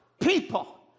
people